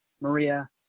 Maria